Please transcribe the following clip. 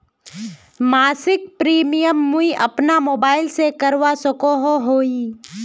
मासिक प्रीमियम मुई अपना मोबाईल से करवा सकोहो ही?